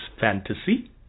fantasy